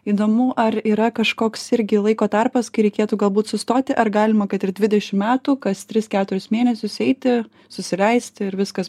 įdomu ar yra kažkoks irgi laiko tarpas kai reikėtų galbūt sustoti ar galima kad ir dvidešim metų kas tris keturis mėnesius eiti susileisti ir viskas